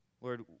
Lord